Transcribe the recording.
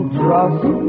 trust